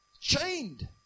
Chained